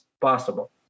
possible